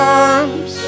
arms